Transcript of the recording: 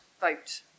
vote